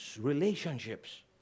relationships